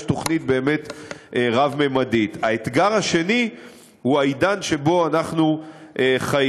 יש תוכנית באמת רב-ממדית האתגר השני הוא העידן שבו אנחנו חיים,